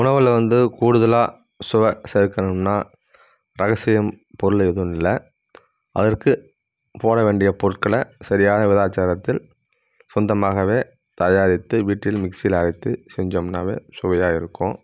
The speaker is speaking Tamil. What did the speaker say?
உணவில் வந்து கூடுதலாக சுவை சேர்க்கணும்னா ரகசியம் பொருள் எதுவும் இல்லை அதற்கு போட வேண்டிய பொருட்களை சரியாக விலாச்சாரத்தில் சொந்தமாகவே தயாரித்து வீட்டில் மிக்சியில் அரைத்து செஞ்சோம்னாவே சுவையாக இருக்கும்